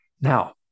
Now